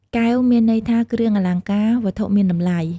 កែវ មានន័យថាគ្រឿងអលង្ការ វត្ថុមានតម្លៃ។